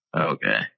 Okay